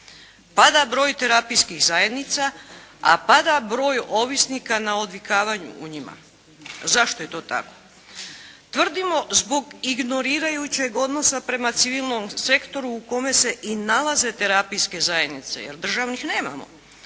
pada broj terapijskih zajednica, a pada broj ovisnika na odvikavanju u njima. Zašto je to tako? Tvrdimo zbog ignorirajućeg odnosa prema civilnom sektoru u kojem se i nalaze terapijske zajednice, jer državnih nemamo.